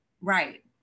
Right